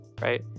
right